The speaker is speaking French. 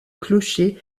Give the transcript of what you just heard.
clocher